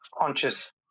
conscious